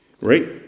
Right